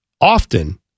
often